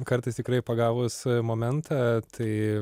kartais tikrai pagavus momentą tai